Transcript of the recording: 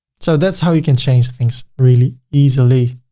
so that's how you can change things really easily.